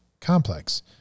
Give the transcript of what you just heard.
complex